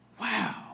Wow